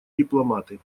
дипломаты